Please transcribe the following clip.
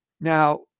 Now